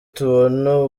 tubona